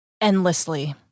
endlessly